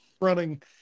running